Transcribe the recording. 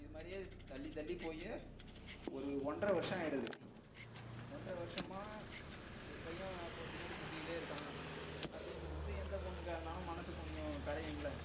இதுமாதிரியே அது தள்ளி தள்ளி போயே ஒரு ஒன்றரை வருஷஷோம் ஆயிடுது ஒன்றரை வருஷமா ஒரு பையன் நம்ம பின்னாடி சுற்றிக்கிட்டே இருக்கான் அப்படிங்கும்போது எந்த பொண்ணாக்கா இருந்தாலும் மனசு கொஞ்சம் கரையும்ல்ல